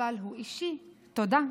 אבל הוא אישי, תודה,